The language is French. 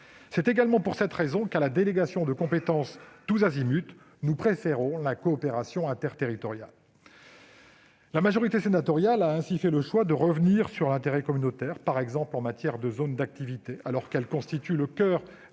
C'est également pour cette raison qu'à la délégation de compétences tous azimuts nous préférons la coopération interterritoriale. La majorité sénatoriale a ainsi fait le choix de revenir sur l'intérêt communautaire, par exemple en matière de zones d'activité, alors que ces dernières